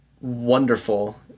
wonderful